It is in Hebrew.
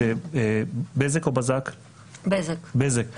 גם בזה אני